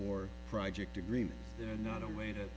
or project agreement there not a way to